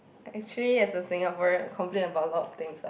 actually as a Singaporean complain about a lot of things lah